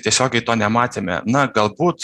tiesiogiai to nematėme na galbūt